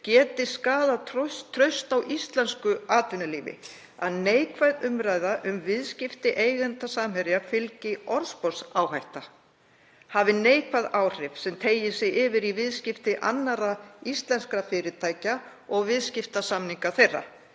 geti skaðað traust á íslensku atvinnulífi, að neikvæð umræða um viðskipti eigenda Samherja fylgi orðsporsáhætta, hafi neikvæð áhrif sem teygi sig yfir í viðskipti annarra íslenskra fyrirtækja og viðskiptasamninga þeirra?